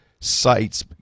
sites